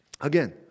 Again